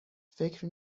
فکر